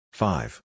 Five